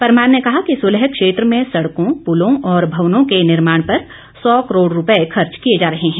परमार ने कहा कि सुलह क्षेत्र में सडकों पुलों और भवनों के निर्माण पर सौ करोड रूपये खर्च किए जा रहे हैं